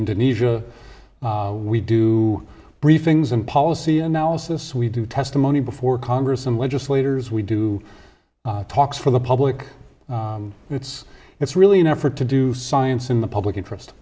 indonesia we do briefings and policy analysis we do testimony before congress and legislators we do talks for the public it's it's really an effort to do science in the public interest